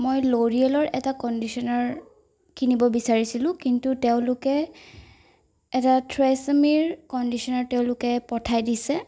মই ল'ৰিয়েলৰ এটা কণ্ডিচনাৰ কিনিব বিচাৰিছিলোঁ কিন্তু তেওঁলোকে এটা থ্ৰেছমিৰ কণ্ডিচনাৰ তেওঁলোকে পঠাই দিছে